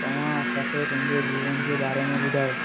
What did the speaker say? तव्हां असांखे पंहिंजे जीवन जे बारे में ॿुधायो